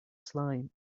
slime